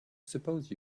suppose